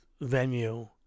venue